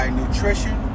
nutrition